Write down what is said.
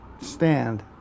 stand